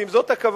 ואם זאת הכוונה,